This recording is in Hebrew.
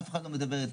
אף אחד לא מדבר איתם.